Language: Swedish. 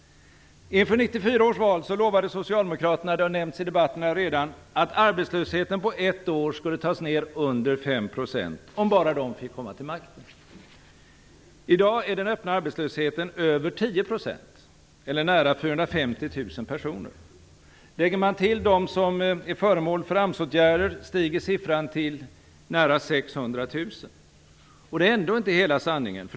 Som redan har nämnts i debatten lovade Socialdemokraterna inför 1994 års val att arbetslösheten på ett år skulle tas ned till under 5 %, om de bara fick komma till makten. I dag uppgår den öppna arbetslösheten till över 10 %, eller nära 450 000 personer. Lägger man till dem som är föremål för AMS åtgärder, stiger siffran till nära 600 000. Men det är ändå inte hela sanningen.